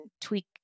tweak